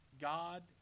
God